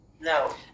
No